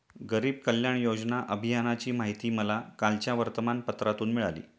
गरीब कल्याण योजना अभियानाची माहिती मला कालच्या वर्तमानपत्रातून मिळाली